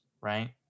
Right